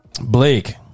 Blake